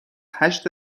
هشت